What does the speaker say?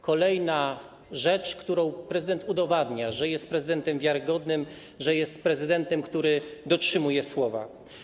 Kolejna rzecz, którą prezydent udowadnia, że jest prezydentem wiarygodnym, że jest prezydentem, który dotrzymuje słowa.